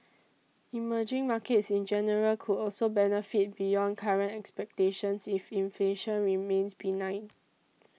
emerging markets in general could also benefit beyond current expectations if inflation remains benign